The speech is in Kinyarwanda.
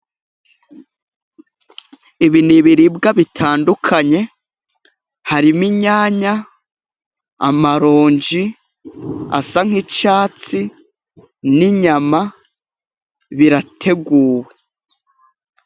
Ibi ni biribwa bitandukanye, harimo inyanya, amaronji asa nk'icyatsi n'inyama birateguwe.